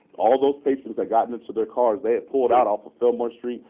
all those patrons had gotten into their cars. they had pulled out off of fillmore street,